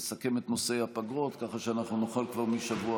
לסכם את נושא הפגרות ככה שנוכל כבר מהשבוע